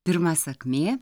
pirma sakmė